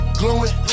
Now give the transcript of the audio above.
glowing